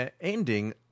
ending